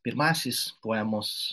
pirmasis poemos